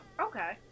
Okay